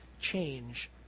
change